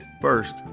First